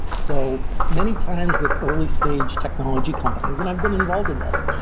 so many times with early stage technology companies, and i've been involved in this.